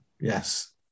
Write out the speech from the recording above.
Yes